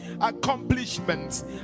Accomplishments